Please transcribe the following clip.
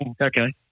Okay